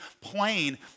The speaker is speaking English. plain